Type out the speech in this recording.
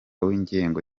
w’ingengo